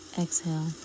Exhale